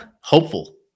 hopeful